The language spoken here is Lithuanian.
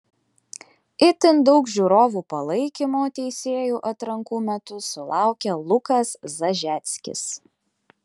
itin daug žiūrovų palaikymo teisėjų atrankų metu sulaukė lukas zažeckis